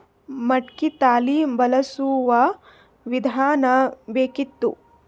ಮಟಕಿ ತಳಿ ಬಳಸುವ ವಿಧಾನ ಬೇಕಿತ್ತು?